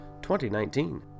2019